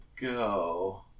go